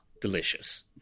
Delicious